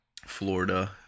Florida